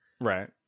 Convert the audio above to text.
right